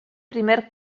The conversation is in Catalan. primer